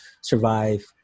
survive